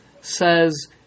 says